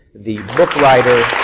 the book writer,